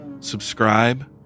Subscribe